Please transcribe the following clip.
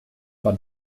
war